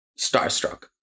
starstruck